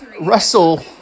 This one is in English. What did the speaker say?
Russell